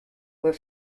were